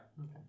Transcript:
Okay